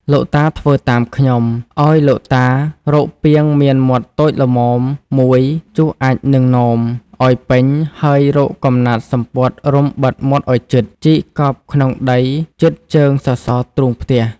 លោកតាធ្វើតាមខ្ញុំ ឱ្យលោកតារកពាងមានមាត់តូចល្មមមួយ ជុះអាចម៍និងនោម ឱ្យពេញហើយរកកំណាត់សំពត់រុំបិទមាត់ឱ្យជិត ជីកកប់ក្នុងដីជិតជើងសសរទ្រូងផ្ទះ។